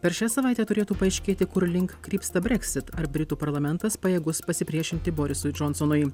per šią savaitę turėtų paaiškėti kur link krypsta brexit ar britų parlamentas pajėgus pasipriešinti borisui džonsonui